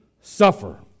suffer